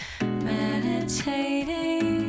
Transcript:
meditating